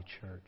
church